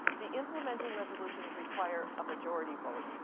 the implementing resolutions require a majority vote.